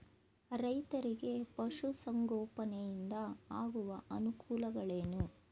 ರೈತರಿಗೆ ಪಶು ಸಂಗೋಪನೆಯಿಂದ ಆಗುವ ಅನುಕೂಲಗಳೇನು?